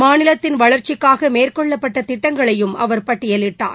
மாநிலத்தின் வளர்ச்சிக்காக மேற்கொள்ளப்பட்ட திட்டங்களையும் அவர் பட்டியலிட்டார்